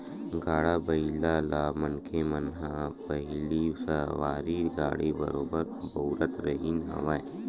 गाड़ा बइला ल मनखे मन ह पहिली सवारी गाड़ी बरोबर बउरत रिहिन हवय